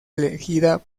elegida